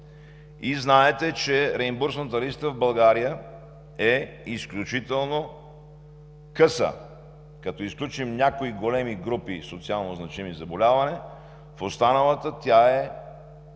Знаете, че реимбурсната листа в България е изключително къса. Като изключим някои големи групи социалнозначими заболявания, в останалата тя е